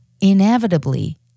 Inevitably